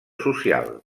social